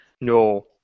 No